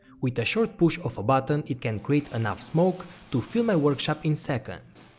with a short push of a button it can create enough smoke to fill my workshop in seconds.